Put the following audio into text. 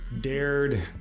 dared